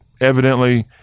evidently